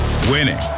Winning